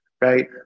right